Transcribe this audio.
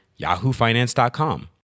yahoofinance.com